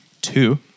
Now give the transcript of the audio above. two